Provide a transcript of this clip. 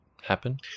happen